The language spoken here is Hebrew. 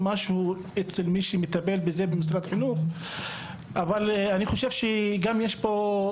משהו אצל מי שמטפל בזה במשרד החינוך אז זו בעיה.